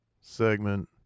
segment